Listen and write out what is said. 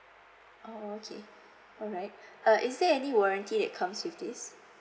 oh okay alright uh is there any warranty that comes with this